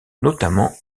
notamment